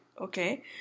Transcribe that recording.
okay